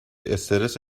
استرس